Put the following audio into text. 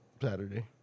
Saturday